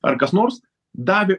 ar kas nors davė